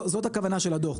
זאת הכוונה של הדוח,